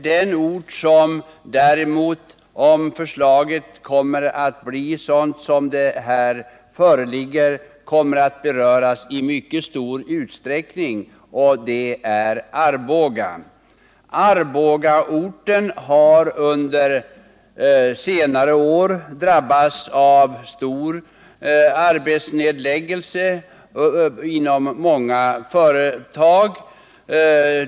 Den ort som däremot, om det föreliggande förslaget genomförs, kommer att beröras i mycket stor utsträckning är Arboga. Arboga har under senare år drabbats av stor arbetsnedläggelse inom många företag.